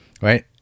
right